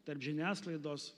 tarp žiniasklaidos